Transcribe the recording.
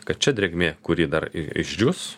kad čia drėgmė kuri dar išdžius